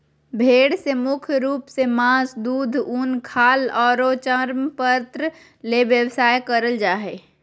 भेड़ से मुख्य रूप से मास, दूध, उन, खाल आरो चर्मपत्र ले व्यवसाय करल जा हई